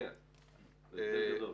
כן, מהמכסה.